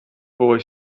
boy